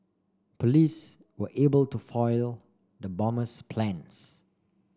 police were able to foil the bomber's plans